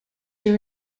year